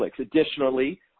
Additionally